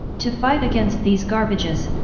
to fight against these garbages,